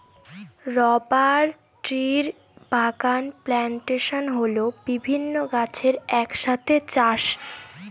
rubber ট্রির বাগান plantation হল বিভিন্ন গাছের এক সাথে চাষ